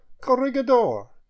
Corregidor